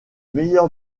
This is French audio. meilleur